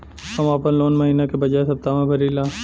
हम आपन लोन महिना के बजाय सप्ताह में भरीला